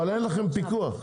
אבל אין לכם פיקוח.